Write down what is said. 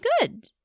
good